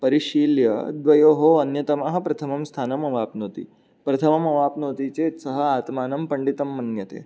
परिशील्य द्वयोः अन्यतमः प्रथमं स्थानम् अवाप्नोति प्रथमम् अवाप्नोति चेत् सः आत्मानं पण्डितं मन्यते